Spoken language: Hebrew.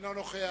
אינו נוכח